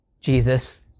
jesus